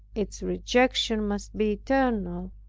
its rejection must be eternal,